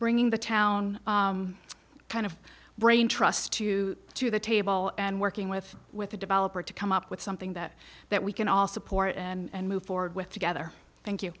bringing the town kind of brain trust to to the table and working with with a developer to come up with something that that we can all support and move forward with together thank you